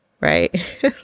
right